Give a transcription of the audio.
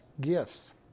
gifts